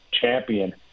champion